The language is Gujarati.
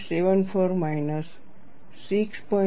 74 માઇનસ 6